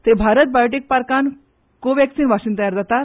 थंय भारत बायोटेक पार्कान कॉवेक्सीन वाशीन तयार जाता